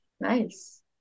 nice